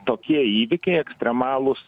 tokie įvykiai ekstremalūs